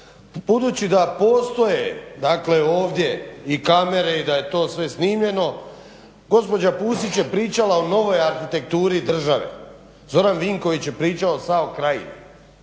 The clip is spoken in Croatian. Budući da postoje dakle ovdje i kamere i da je to sve snimljeno gospođa Pusić je pričala o novoj arhitekturi države. Zoran Vinković je pričao o SAO Krajini.